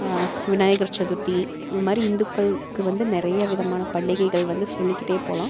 விநாயகர் சதுர்த்தி இந்த மாதிரி இந்துக்களுக்கு வந்து நிறைய விதமான பண்டிகைகள் வந்து சொல்லிக்கிட்டே போகலாம்